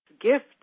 gift